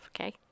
okay